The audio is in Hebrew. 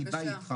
אני בא איתך.